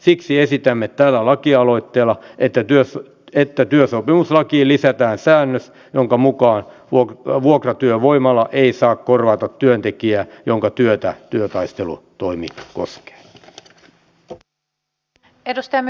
siksi esitämme tällä lakialoitteella että työsopimuslakiin lisätään säännös jonka mukaan vuokratyövoimalla ei saa korvata työntekijää jonka työtä työtaistelutoimi koskee